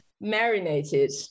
marinated